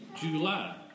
July